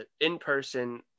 in-person